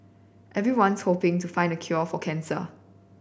everyone's hoping to find the cure for cancer